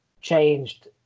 changed